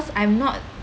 cause I'm not